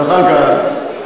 זחאלקה,